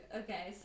okay